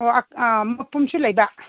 ꯑꯣ ꯃꯄꯨꯝꯁꯨ ꯂꯩꯕ